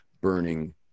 burning